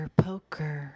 poker